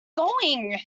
going